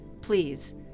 Please